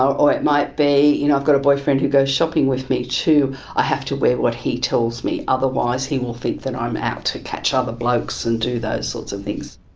or it might be, you know i've got a boyfriend who goes shopping with me to, i have to wear what he tells me. otherwise he will think that i'm out to catch other blokes and do those sorts of things.